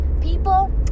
people